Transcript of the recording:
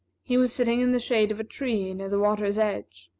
he was sitting in the shade of a tree near the water's edge,